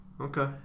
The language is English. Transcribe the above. Okay